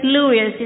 Louis